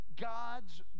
god's